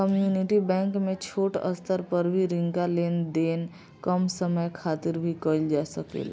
community bank में छोट स्तर पर भी रिंका लेन देन कम समय खातिर भी कईल जा सकेला